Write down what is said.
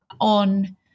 on